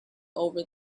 over